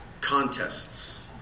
contests